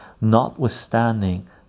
notwithstanding